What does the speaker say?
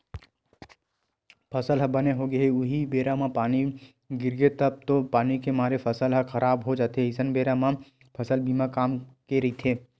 फसल ह बने होगे हे उहीं बेरा म पानी गिरगे तब तो पानी के मारे फसल ह खराब हो जाथे अइसन बेरा म फसल बीमा काम के रहिथे